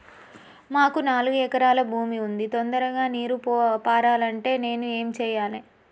మాకు నాలుగు ఎకరాల భూమి ఉంది, తొందరగా నీరు పారాలంటే నేను ఏం చెయ్యాలే?